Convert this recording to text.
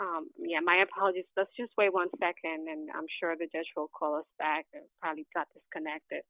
yeah my apologies that's just wait one second and i'm sure the judge will call us back probably not connected